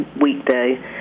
weekday